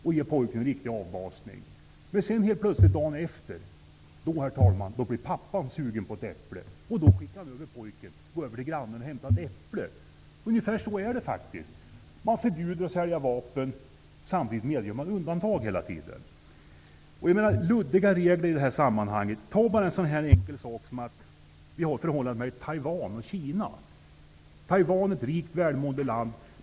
Han ger pojken en riktig avbasning. Dagen efter blir pappan helt plötsligt sugen på ett äpple. Då skickar han över pojken till grannen för att hämta ett äpple. Ungefär så är det faktiskt. Man förbjuder försäljning av vapen samtidigt som man hela tiden medger undantag. Det är luddiga regler i det här sammanhanget. Ta en sådan sak som förhållandet mellan Taiwan och Kina. Taiwan är ett rikt, välmående land.